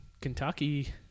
Kentucky